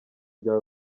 bya